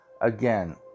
again